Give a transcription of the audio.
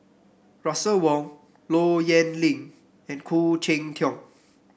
Russel Wong Low Yen Ling and Khoo Cheng Tiong